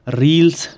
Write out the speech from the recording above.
reels